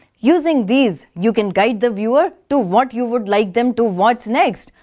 using these, you can guide the viewer to what you would like them to watch next,